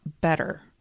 better